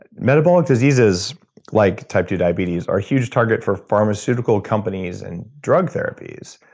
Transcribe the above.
and metabolic diseases like type ii diabetes are huge target for pharmaceutical companies and drug therapies.